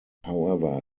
however